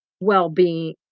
well-being